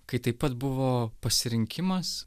kai taip pat buvo pasirinkimas